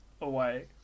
away